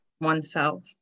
oneself